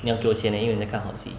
你要给我钱因为你在看好戏